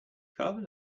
carbon